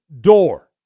door